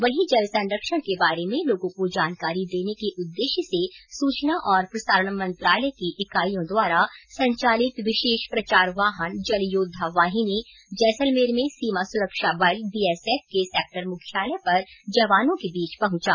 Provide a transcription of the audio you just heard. वहीं जल संरक्षण के बारे में लोगों को जानकारी देने के उद्देश्य से सूचना और प्रसारण मंत्रालय की इकाइयों द्वारा संचालित विशेष प्रचार वाहन जल योद्वा वाहिनी जैसलमेर में सीमा सुरक्षा बल बीएसएफ के सेक्टर मुख्यालय पर जवानों के बीच पहुंचा